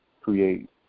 create